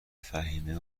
فهیمه